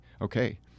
Okay